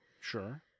Sure